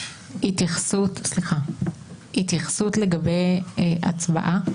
התייחסות לגבי הצבעה.